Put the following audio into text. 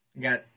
got